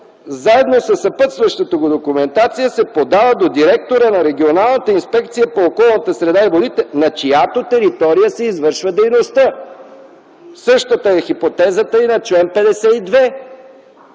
заедно със съпътстващата го документация се подава до директора на Регионалната инспекция по околната среда и водите, на чиято територия се извършва дейността.” Същата е хипотезата и на чл. 52: